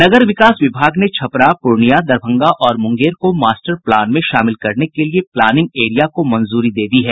नगर विकास विभाग ने छपरा पूर्णिया दरभंगा और मुंगेर को मास्टर प्लान में शामिल करने के लिये प्लानिंग एरिया को मंजूरी दे दी है